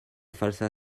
falsa